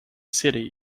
city